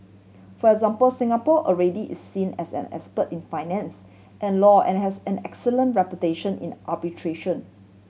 for example Singapore already is seen as an expert in finance and law and has an excellent reputation in arbitration